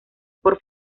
por